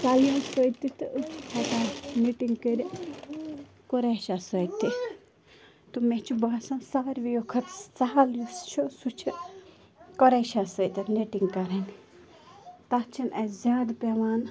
سَلیُو سۭتۍ تہِ تہٕ أسۍ چھِ ہیٚکان نِٹِنٛگ کٔرِتھ قُریشَس سۭتۍ تہِ تہٕ مےٚ چھِ باسان ساروِیو کھۄتہٕ سَہَل یُس چھُ سُہ چھُ قۄریشَس سۭتۍ نِٹِنٛگ کَرٕنۍ تَتھ چھِنہٕ اسہِ زیادٕ پیٚوان